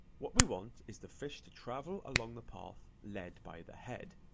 what we want is the fish to travel along the path led by the head.